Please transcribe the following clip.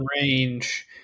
range